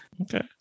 okay